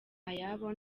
ayabo